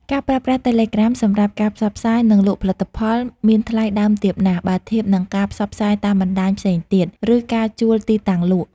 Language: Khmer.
ការប្រើប្រាស់តេឡេក្រាមសម្រាប់ការផ្សព្វផ្សាយ និងលក់ផលិតផលមានថ្លៃដើមទាបណាស់ បើធៀបនឹងការផ្សព្វផ្សាយតាមបណ្ដាញផ្សេងទៀត ឬការជួលទីតាំងលក់។